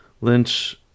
Lynch